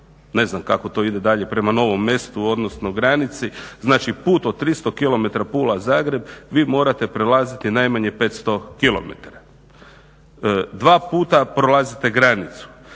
ne znam kako to ide dalje, prema Novom Mestu, odnosno granici, znači put od 300 kilometara, Pula-Zagreb, vi morate prelaziti najmanje 500 kilometara. Dva puta prolazite granicu,